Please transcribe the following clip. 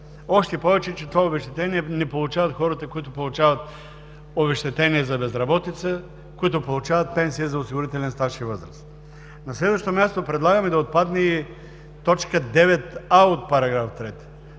Още повече, че това обезщетение не получават хората, които получават обезщетение за безработица, които получават пенсия за осигурителен стаж и възраст. На следващо място, предлагаме да отпадне и т. 9а от § 3.